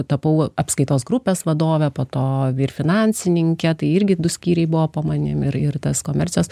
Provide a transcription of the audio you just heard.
tapau apskaitos grupės vadovė po to vyr finansininkė tai irgi du skyriai buvo po manim ir ir tas komercijos